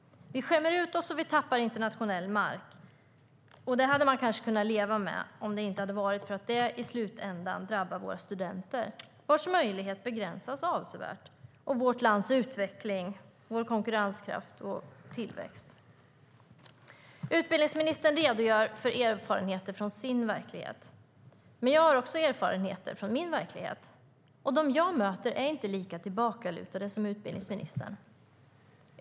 Vi skämmer ut oss och tappar internationell mark. Det hade man kanske kunnat leva med, om det inte hade varit för att det i slutändan drabbar våra studenter, vars möjligheter begränsas avsevärt, liksom vårt lands utveckling, vår konkurrenskraft och vår tillväxt. Utbildningsministern redogör för erfarenheter från sin verklighet. Jag har erfarenheter från min verklighet. De jag möter är inte lika tillbakalutade som utbildningsministern.